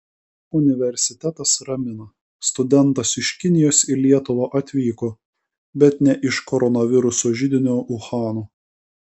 universitetas ramina studentas iš kinijos į lietuvą atvyko bet ne iš koronaviruso židinio uhano